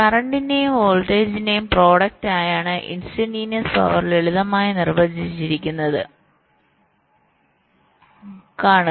കറന്റിന്റെയും വോൾട്ടേജിന്റെയും പ്രോഡക്റ്റ് ആയാണ് ഇൻസ്റ്റന്റിനിയസ് പവർ ലളിതമായി നിർവചിച്ചിരിക്കുന്നത് കാണുക